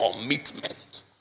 commitment